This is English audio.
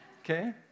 okay